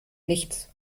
nichts